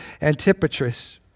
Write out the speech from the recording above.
Antipatris